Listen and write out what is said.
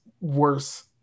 worse